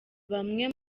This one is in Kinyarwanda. bamwe